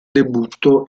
debutto